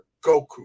goku